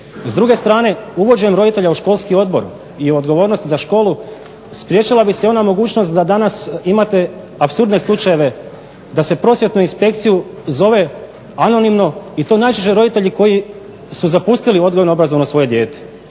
S druge strane, uvođenjem roditelja u školski odbor i odgovornost za školu spriječila bi se i ona mogućnost da danas imate apsurdne slučajeve da se prosvjetnu inspekciju zove anonimno i to najčešće roditelji koji su zapustili odgojno-obrazovno svoje dijete.